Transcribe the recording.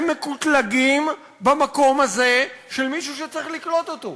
הם מקוטלגים במקום הזה של מישהו שצריך לקלוט אותו?